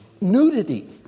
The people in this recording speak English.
Nudity